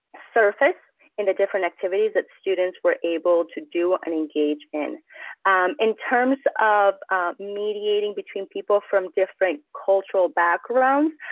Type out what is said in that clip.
surface in the different activities that students were able to do and engage in in terms of mediating between people from different cultural backgrounds.